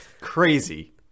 Crazy